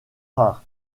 rares